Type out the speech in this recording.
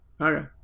Okay